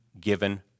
given